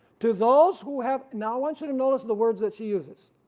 to those who have, now want you to notice the words that she uses.